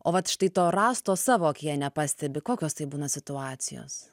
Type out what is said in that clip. o vat štai to rąsto savo akyje nepastebi kokios tai būna situacijos